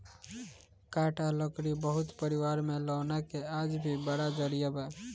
काठ आ लकड़ी बहुत परिवार में लौना के आज भी बड़ा जरिया बा